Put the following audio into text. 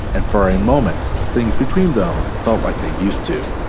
and for a moment, things between them felt like they used to.